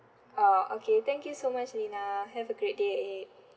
oh okay thank you so much lina have a great day